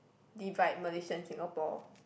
divide Malaysia and Singapore